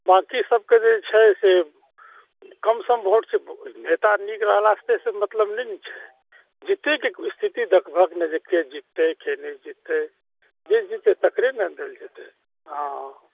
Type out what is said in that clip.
बाँकी सबके जे छै से कम सम वोट छै नेता नीक रहलासँ तैसँ मतलब नहि ने छै जीतयके स्थिति देखबहक ने जे के जिततयके नहि जिततय जे जिततय तकरे ने देल जेतय हँअऽ